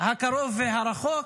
הקרוב והרחוק,